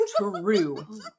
true